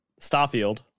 Starfield